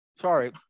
Sorry